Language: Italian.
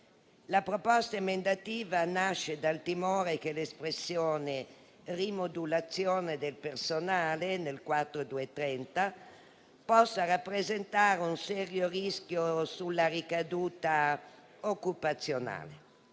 proposta emendativa nasce dal timore che l'espressione «rimodulazione del personale» possa rappresentare un serio rischio sulla ricaduta occupazionale.